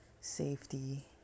safety